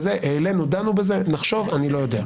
בנוסף לזה אני גם אם גאה.